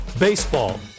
Baseball